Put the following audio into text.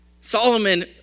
Solomon